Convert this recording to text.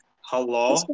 Hello